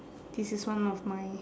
this is one of my